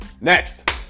Next